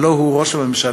הלוא הוא ראש הממשלה,